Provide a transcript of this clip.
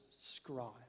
scribe